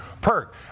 Perk